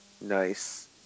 Nice